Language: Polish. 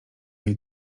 jej